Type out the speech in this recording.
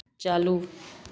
चालू